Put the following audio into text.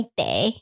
day